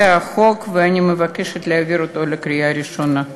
זה החוק, ואני מבקשת להעביר אותו בקריאה ראשונה.